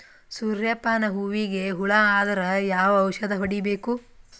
ಸೂರ್ಯ ಪಾನ ಹೂವಿಗೆ ಹುಳ ಆದ್ರ ಯಾವ ಔಷದ ಹೊಡಿಬೇಕು?